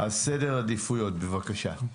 - אז סדר עדיפויות בבקשה.